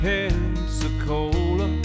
Pensacola